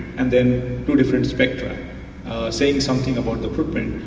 and then two different spectra saying something about the footprint,